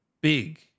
big